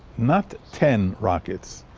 not ten rockets,